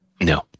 No